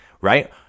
right